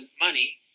money